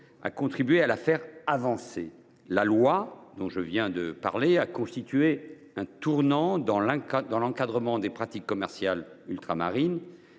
avancer en la matière. La loi dont je viens de parler a constitué un tournant dans l’encadrement des pratiques commerciales ultramarines.